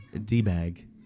D-bag